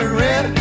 red